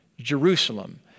Jerusalem